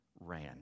ran